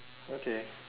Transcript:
okay